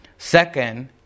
Second